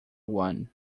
one